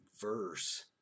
verse